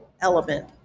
element